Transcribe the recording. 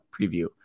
preview